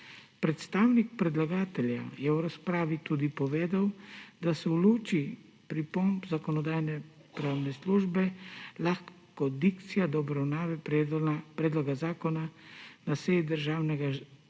Predstavnik predlagatelja je v razpravi tudi povedal, da se v luči pripomb Zakonodajno-pravne službe lahko dikcija do obravnave predloga zakona na seji Državnega zbora